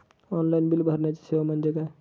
Online bill भरण्याची सेवा म्हणजे काय?